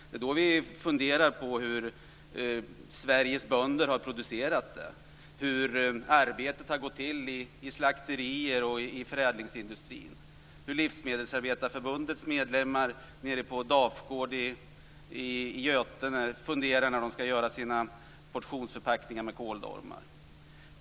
Det är då vi funderar på hur Sveriges bönder har producerat dem, hur arbetet har gått till i slakterier och i förädlingsindustrin, hur Dafgård i Götene funderar när de skall göra sina portionsförpackningar med kåldolmar.